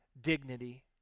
dignity